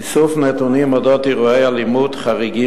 איסוף נתונים על אירועי אלימות חריגים